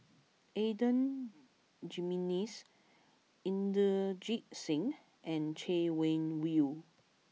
Adan Jimenez Inderjit Singh and Chay Weng Yew